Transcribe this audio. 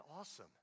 awesome